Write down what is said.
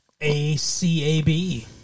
A-C-A-B